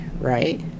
right